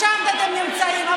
אז שם אתם נמצאים.